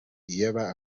lleva